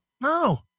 No